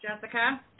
Jessica